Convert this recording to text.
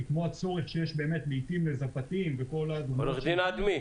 כי כמו הצורך שיש לזפתים --- עורך דין אדמי,